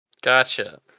gotcha